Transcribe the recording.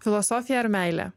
filosofija ar meilė